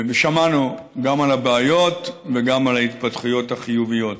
ושמענו גם על הבעיות וגם על ההתפתחויות החיוביות.